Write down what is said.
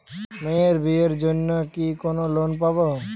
মেয়ের বিয়ের জন্য কি কোন লোন পাব?